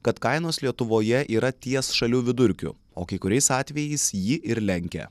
kad kainos lietuvoje yra ties šalių vidurkiu o kai kuriais atvejais jį ir lenkia